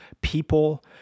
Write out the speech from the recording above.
people